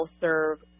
serve